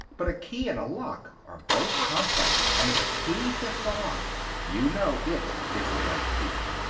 but a key and a lock are both complex. and if a key fits a lock, you know it is the right key.